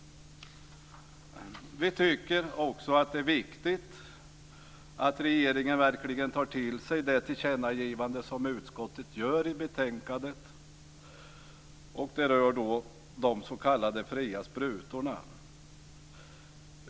Vi tycker också att det är viktigt att regeringen verkligen tar till sig det tillkännagivande som utskottet gör i sitt betänkande om de s.k. fria sprutorna.